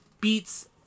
beats